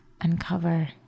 uncover